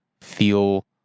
feel